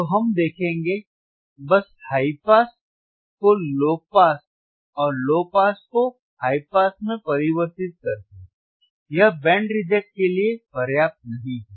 तो हम देखेंगे बस हाई पास को लो पास और लो पास को हाई पास में परिवर्तित करके यह बैंड रिजेक्ट के लिए पर्याप्त नहीं है